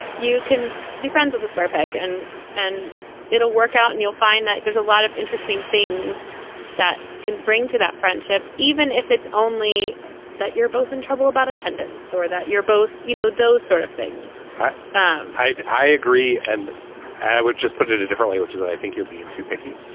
you can be friends with a square peg and and it'll work out and you'll find that there's a lot of interesting things that can bring to that friendship, even if it's only that you're both in trouble about attendance or that you're both. you know, those sort of things i um i agree. and i would just put it differently, which is that i think you're being too picky.